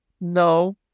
No